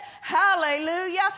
hallelujah